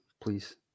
please